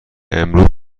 امروز